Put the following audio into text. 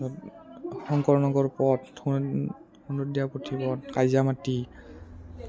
শংকৰ নগৰ পথ সু সুন্দৰীদিয়া পুথি পথ কাইজামাটি